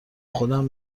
خودم